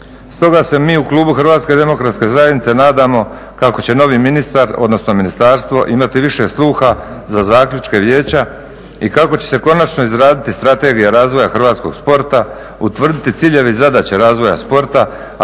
Stoga se mi u klubu HDZ-a nadamo kako će novi ministar odnosno ministarstvo imati više sluha za zaključke vijeća i kako će se konačno izraditi strategija razvoja hrvatskog sporta, utvrditi ciljevi zadaća razvoja sporta,